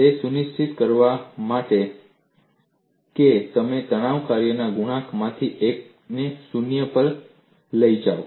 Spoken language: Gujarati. તે સુનિશ્ચિત કરવા માટે કે તમે તણાવ કાર્યના ગુણાંકમાંથી એકને શૂન્ય પર જાઓ